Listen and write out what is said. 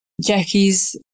Jackie's